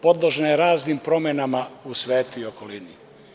Podložna je raznim promenama u svetu i okolini.